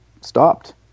stopped